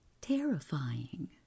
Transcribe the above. terrifying